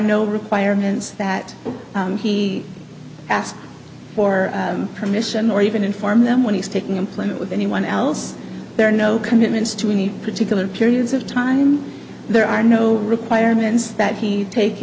no requirements that he ask for permission or even inform them when he's taking employment with anyone else there are no commitments to any particular periods of time there are no requirements that he take